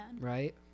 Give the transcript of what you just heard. Right